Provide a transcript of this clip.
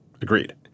agreed